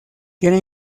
tiene